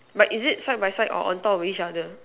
but is it side by side or on top of each other